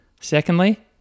Secondly